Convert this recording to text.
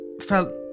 felt